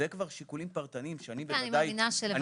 אלה כבר שיקולים פרטניים שאנחנו בוודאי לא